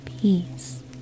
peace